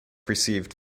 received